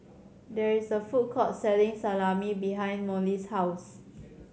there is a food court selling Salami behind Mollie's house